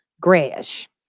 grayish